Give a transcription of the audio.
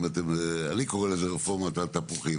אני קורא לזה רפורמת התפוחים,